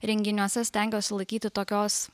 renginiuose stengiuosi laikyti tokios